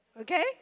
okay